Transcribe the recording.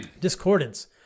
discordance